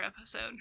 episode